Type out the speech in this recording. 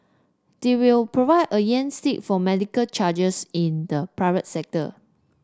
they will provide a yardstick for medical charges in the private sector